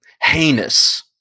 heinous